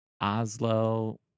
Oslo